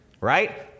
right